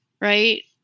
Right